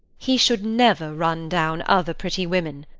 he should never run down other pretty women.